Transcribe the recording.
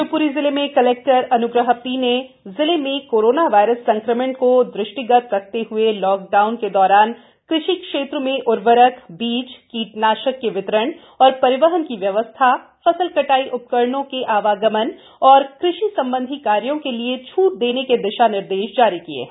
शिवप्री जिले में collector Anugraha P ने जिले में कोरोना वायरस संक्रमण को दृष्टिगत लॉकडाउन के दौरान कृषि क्षेत्र में उर्वरक बीज कीटनाशी के वितरण एवं परिवहन की व्यवस्था फसल कटायी उपकरणों के आवागमन एवं कृषि संबंधी कार्यो के लिए छूट देने के दिशा निर्देश जारी किए गए हैं